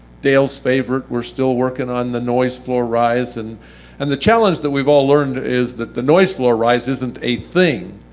dale's favorite. we're still working out the noise floor rise, and and the challenge that we've all learned is that the noise floor rise isn't a thing.